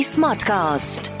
Smartcast